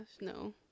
No